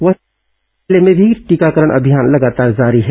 वहीं बिलासपूर जिले में भी टीकाकरण अभियान लगातार जारी है